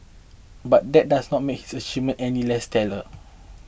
but that does not make his achievements any less stellar